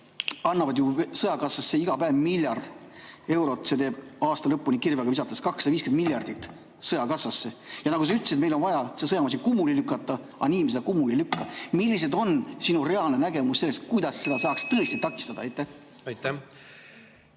annavad ju sõjakassasse iga päev miljard eurot. See teeb aasta lõpuks kirvega visates 250 miljardit sõjakassasse. Ja nagu sa ütlesid, meil on vaja see sõjamasin kummuli lükata, aga nii me seda kummuli ei lükka. Milline on sinu reaalne nägemus sellest, kuidas seda saaks tõesti takistada? Suur